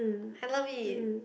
I love it